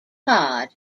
cod